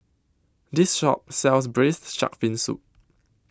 This Shop sells Braised Shark Fin Soup